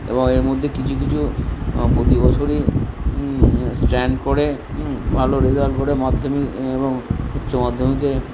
এবং এর মধ্যে কিছু কিছু প্রতি বছরই স্ট্যান্ড করে হুম ভালো রেজাল্ট করে মাধ্যমিক এবং উচ্চমাধ্যমিকে